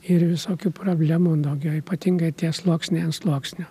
ir visokių problemų daugiau o ypatingai tie sluoksniai ant sluoksnio